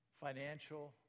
financial